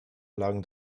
lagen